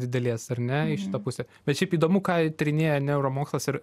didelės ar ne į šitą pusę bet šiaip įdomu ką tyrinėja neuromokslas ir